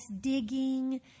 digging